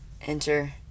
enter